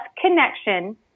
connection